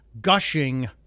gushing